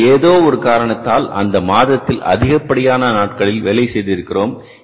எனவே ஏதோ ஒரு காரணத்தினால் அந்த மாதத்தில் அதிகப்படியான நாட்களில் வேலை செய்திருக்கிறோம்